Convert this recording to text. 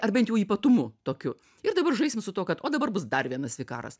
ar bent jau ypatumu tokiu ir dabar žaisim su tuo kad o dabar bus dar vienas vikaras